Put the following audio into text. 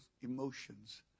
emotions